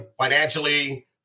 financially